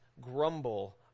grumble